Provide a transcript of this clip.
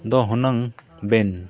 ᱫᱚ ᱦᱩᱱᱟᱹᱝ ᱵᱮᱱ